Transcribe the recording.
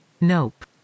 Nope